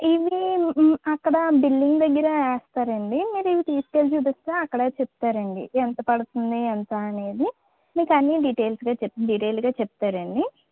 ఇవీ అక్కడ బిల్లింగ్ దగ్గర వేస్తారండి మీరు ఇవి తీసుకుని వెళ్ళి చూపిస్తే అక్కడ చెప్తారండి ఎంత పడతుంది ఎంత అనేది మీకు అన్ని డీటెయిల్స్గా చెప్ డీటెయిల్డ్గా చెప్తారండి